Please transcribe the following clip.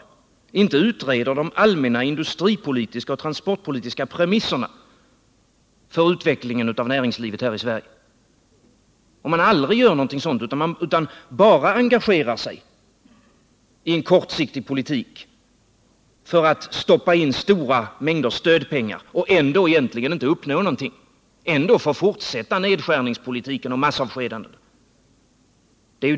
Man har inte utrett de allmänna industripolitiska och transportpolitiska premisserna för utvecklingen av näringslivet här i Sverige, utan bara engagerat sig i en kortsiktig politik som inneburit att man stoppat in stora mängder pengar och ändå egentligen inte uppnått någonting; man får ändå fortsätta nedskärningspolitiken och massavskedandena.